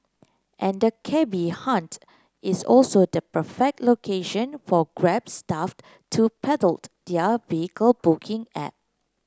and the cabby haunt is also the perfect location for Grab staff to peddle their vehicle booking app